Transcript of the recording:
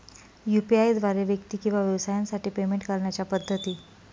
UPI द्वारे व्यक्ती किंवा व्यवसायांसाठी पेमेंट करण्याच्या पद्धती